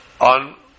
On